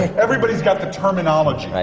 everybody's got the terminology.